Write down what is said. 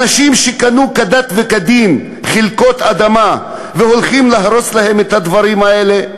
אנשים שקנו כדת וכדין חלקות אדמה והולכים להרוס להם את הדברים האלה.